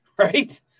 right